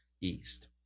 East